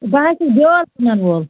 بہٕ حظ چھَس بیوٚل کٕنَن وول